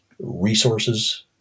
resources